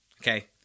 Okay